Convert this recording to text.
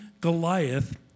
Goliath